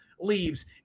leaves